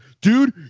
dude